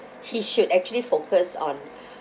he should actually focus on